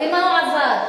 אני מדברת